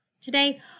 Today